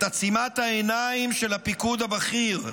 את עצימת העיניים של הפיקוד הבכיר,